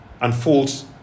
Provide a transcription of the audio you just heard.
unfolds